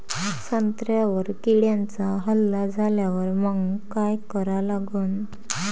संत्र्यावर किड्यांचा हल्ला झाल्यावर मंग काय करा लागन?